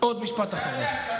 עבר לכם.